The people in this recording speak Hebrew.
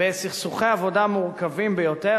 בסכסוכי עבודה מורכבים ביותר,